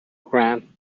grant